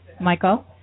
Michael